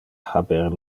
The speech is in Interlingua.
haber